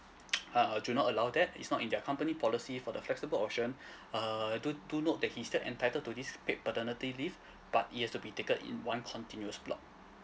uh uh do not allow that it's not in their company policy for the flexible option err do do note that he's still entitled to this paid paternity leave but it has to be taken in one continuous block